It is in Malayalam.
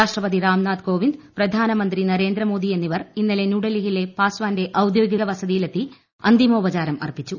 രാഷ്ട്രപതി രാം നാഥ് ക്രോവിന്ദ് പ്രധാനമന്ത്രി നരേന്ദ്ര മോദി എന്നിവർ ഇന്നലെ ന്യൂ ഡൽഹിയില്ലെ പാസ്വാന്റെ ഔദ്യോഗിക വസതിയിലെത്തി അന്തിമോപചാരം അർപ്പിച്ചു